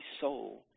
soul